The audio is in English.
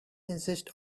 insist